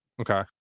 Okay